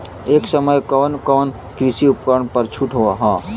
ए समय कवन कवन कृषि उपकरण पर छूट ह?